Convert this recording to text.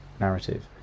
narrative